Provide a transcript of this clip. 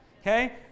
Okay